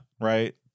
Right